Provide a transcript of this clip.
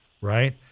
right